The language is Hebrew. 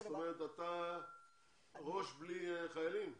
זאת אומרת אתה ראש בלי חיילים?